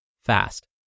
fast